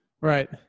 Right